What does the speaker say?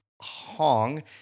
Hong